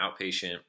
outpatient